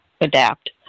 adapt